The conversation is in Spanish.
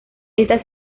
esta